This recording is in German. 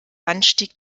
anstieg